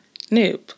Noob